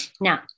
Now